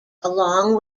along